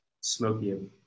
smoky